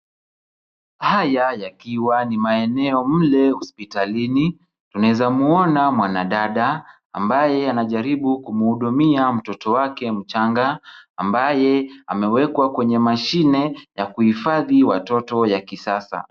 Haya yakiwa ni maeneo mle hospitalini, mnaweza muona mwanadada ambaye anajaribu kumhudumia mtoto wake mchanga, ambaye amewekwa kwenye mashine ya kuhifadhi watoto ya kisasa.